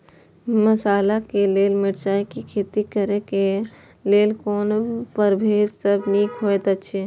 मसाला के लेल मिरचाई के खेती करे क लेल कोन परभेद सब निक होयत अछि?